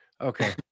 Okay